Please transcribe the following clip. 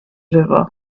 river